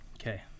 Okay